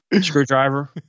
screwdriver